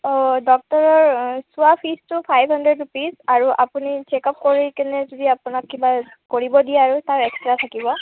অঁ ডক্তৰৰ অঁ চোৱা ফিজটো ফাইভ হানড্ৰেড ৰুপিজ আৰু আপুনি চেকআপ কৰি কেনে যদি আপোনাক কিবা কৰিব দিয়ে আৰু তাৰ এক্সট্ৰা থাকিব